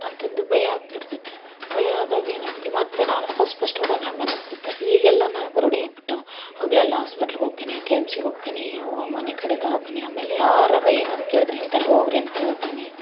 ಅಂತಂದು ಭಯ ಆಗ್ತಿರ್ತೈತೆ ಭಯ ಆದಾಗ ಏನಾಗುತ್ತೆ ಮತ್ತು ನಾನು ಫರ್ಸ್ಟ್ ಫರ್ಸ್ಟ್ ಹೋದಾಗ ಹಂಗೆ ಅನಿಸ್ತಿತ್ತು ಈಗ ಎಲ್ಲ ನನಗೆ ರೂಢಿ ಆಗ್ಬಿಟ್ಟಾವು ಹಗಲೆಲ್ಲ ಆಸ್ಪಿಟ್ಲ್ಗೆ ಹೋಕ್ಕೆನಿ ಕೆ ಎಮ್ ಸಿಗೆ ಹೋಕ್ಕೆನಿ ಮನೆ ಕಡೆ ದವಖಾನಿ ಆಮೇಲೆ ಯಾರಾರು ಏನಾರು ಕೇಳಿದರೆ ಇಂತಲ್ಲಿ ಹೋಗ್ರಿ ಅಂತ್ಹೇಳ್ತೀನಿ